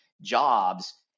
jobs